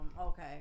okay